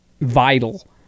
vital